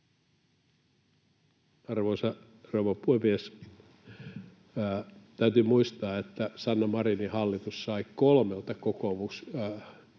Arvoisa rouva puhemies! Täytyy muistaa, että Sanna Marinin hallitus sai kolmelta kokoomushallitukselta